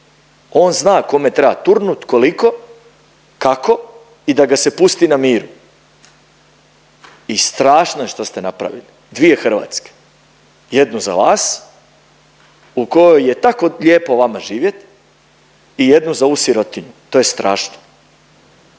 On zna kome treba turnut, koliko, kako i da ga se pusti na miru. I strašno je što ste napravili dvije Hrvatske jednu za vas u kojoj je tako lijepo vama živjeti i jednu za ovu sirotinju. To je strašno!